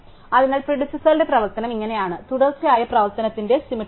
അതിനാൽ പ്രിഡിസസറുടെ പ്രവർത്തനം ഇങ്ങനെയാണ് തുടർച്ചയായ പ്രവർത്തനത്തിന്റെ സിമെട്രിക്കാണ്